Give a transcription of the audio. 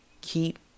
Keep